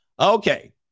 Okay